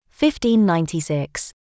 1596